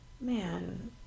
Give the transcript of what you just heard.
Man